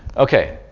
okay,